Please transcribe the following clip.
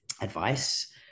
advice